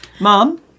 Mom